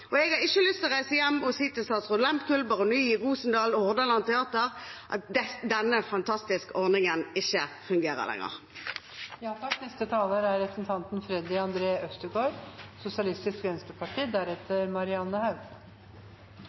på. Jeg har ikke lyst til å reise hjem og si til «Statsraad Lehmkuhl», Baroniet Rosendal og Hordaland Teater at denne fantastiske ordningen ikke fungerer lenger. Noe av det som er